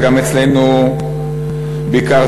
וגם אצלנו ביקרת.